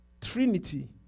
Trinity